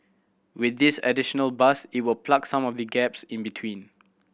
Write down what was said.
with this additional bus it will plug some of the gaps in between